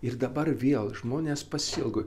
ir dabar vėl žmonės pasiilgo